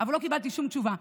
אבל לא קיבלתי שום תגובה.